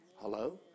Hello